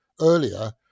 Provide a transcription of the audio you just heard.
earlier